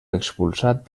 expulsat